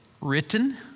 written